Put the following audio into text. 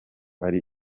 ari